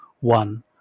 one